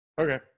Okay